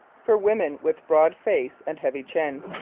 for women with broad face and heavy chin.